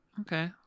Okay